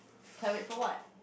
can't wait for what